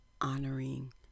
honoring